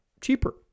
cheaper